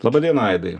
laba diena aidai